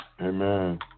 Amen